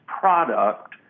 product